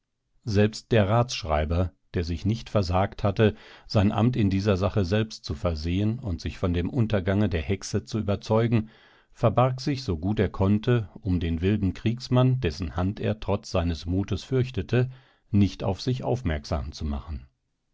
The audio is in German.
selbst der ratsschreiber der sich nicht versagt hatte sein amt in dieser sache selbst zu versehen und sich von dem untergange der hexe zu überzeugen verbarg sich so gut er konnte um den wilden kriegsmann dessen hand er trotz seines mutes fürchtete nicht auf sich aufmerksam zu machen